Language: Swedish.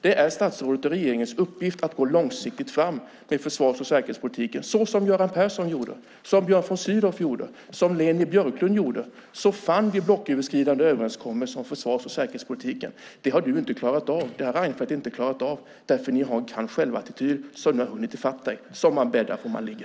Det är statsrådets och regeringens uppgift att gå långsiktigt fram med försvars och säkerhetspolitiken, så som Göran Persson gjorde, som Björn von Sydow gjorde och som Leni Björklund gjorde. Så fann vi blocköverskridande överenskommelser om försvars och säkerhetspolitiken. Det har du inte klarat av. Det har Reinfeldt inte klarat av. Det beror på att ni har en kan-själv-attityd som har hunnit i fatt dig. Som man bäddar får man ligga.